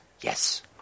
Yes